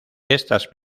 estas